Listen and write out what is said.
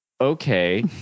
Okay